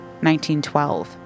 1912